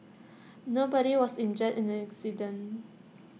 nobody was injured in the accident